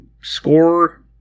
score